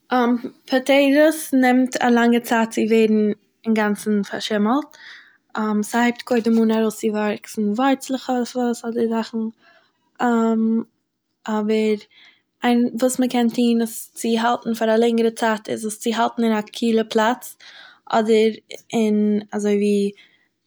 פאטעיטאס נעמט א לאנגע צייט צו ווערן אינגאנצן פארשימלט ס'הייבט קודם אן ארויסצווואקסן ווארצלעך אויף עס אדער זאכן.. אבער, אייין, וואס מ'קען טוהן עס צו האלטן פאר א לענגערע צייט איז עס צו האלטן אין א קילע פלאץ אדער אין אזוי ווי